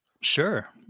sure